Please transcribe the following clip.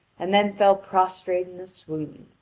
and then fell prostrate in a swoon.